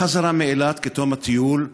בחזרה מאילת, כתום הטיול,